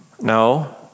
No